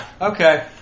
Okay